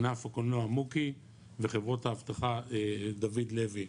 ענף הקולנוע מוקי וחברות האבטחה דוד לוי.